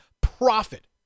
profit